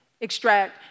extract